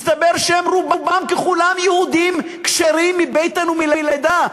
מסתבר שרובם ככולם יהודים כשרים מבטן ומלידה,